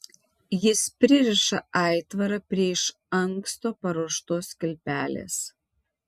jis pririša aitvarą prie iš anksto paruoštos kilpelės